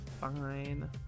Fine